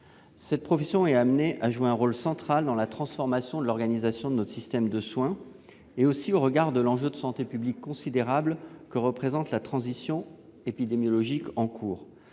d'infirmier est amenée à jouer un rôle central dans la transformation de l'organisation de notre système de soins, au regard de l'enjeu de santé publique considérable que représente la transition démographique en cours.